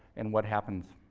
and what happens.